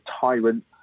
tyrant